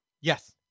Yes